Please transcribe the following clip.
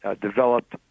developed